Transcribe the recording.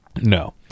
No